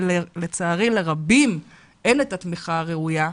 ולצערי לרבים אין התמיכה הראויה,